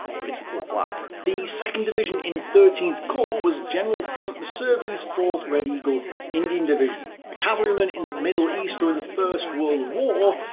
but it's a cool flag. the second division in thirteenth corps was general frank messervy's fourth red eagle indian division. a cavalryman in the middle east during the first world war,